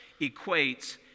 equates